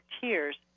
tears